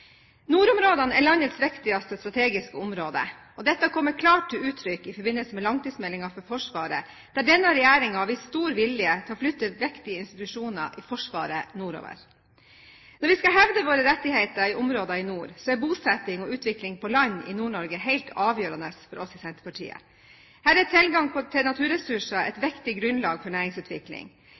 Nordområdene er landets viktigste strategiske område, og dette kommer klart til uttrykk i forbindelse med langtidsmeldingen for Forsvaret, der denne regjeringen har vist stor vilje til å flytte viktige institusjoner i Forsvaret nordover. Når vi skal hevde våre rettigheter til områder i nord, er bosetting og utvikling på land i Nord-Norge helt avgjørende for oss i Senterpartiet. Her er tilgang til naturressurser et viktig grunnlag for næringsutvikling.